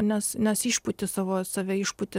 nes nes išpūti savo save išpūti